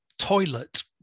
Toilet